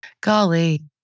Golly